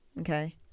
okay